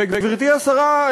וגברתי השרה,